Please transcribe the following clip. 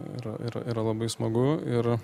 yra yra lyra labai smagu ir